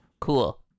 Cool